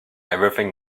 everything